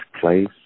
place